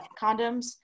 condoms